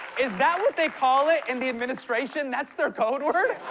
is that what they call it in the administration? that's their code word?